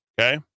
Okay